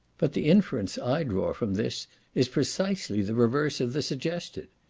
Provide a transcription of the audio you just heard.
but the inference i draw from this is precisely the reverse of the suggested.